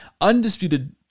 undisputed